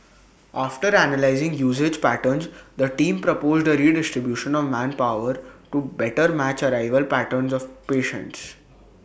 after analysing usage patterns the team proposed A redistribution of manpower to better match arrival patterns of patients